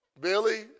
Billy